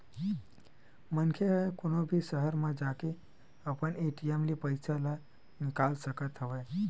मनखे ह कोनो भी सहर म जाके अपन ए.टी.एम ले पइसा ल निकाल सकत हवय